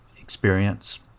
experience